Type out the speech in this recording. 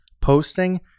posting